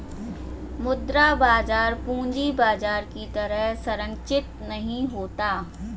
मुद्रा बाजार पूंजी बाजार की तरह सरंचिक नहीं होता